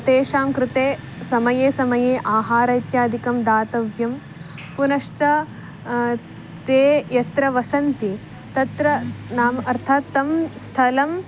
तेषां कृते समये समये आहारः इत्यादिकं दातव्यं पुनश्च ते यत्र वसन्ति तत्र नाम् अर्थात् तं स्थलम्